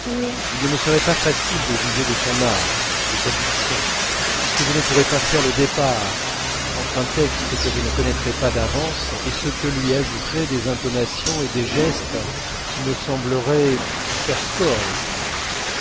il ne me serait pas facile de juger de son art de sa diction puisque je ne pourrais pas faire le départ entre un texte que je ne connaîtrais pas d'avance et ce que lui ajouteraient des intonations et des gestes qui me sembleraient faire corps avec lui